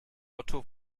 otto